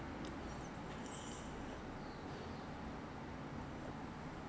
你可以你可以 return so every container every plastic container 你去